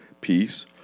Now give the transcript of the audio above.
peace